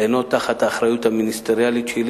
אינו תחת האחריות המיניסטריאלית שלי